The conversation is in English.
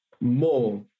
more